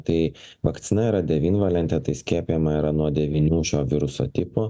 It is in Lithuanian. tai vakcina yra devinvalentė tai skiepijama yra nuo devynių šio viruso tipų